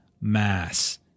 mass